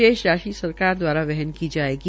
शेष राशि सरकार दवारा वहन की जायेगी